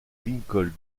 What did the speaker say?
lincoln